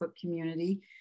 community